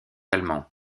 allemands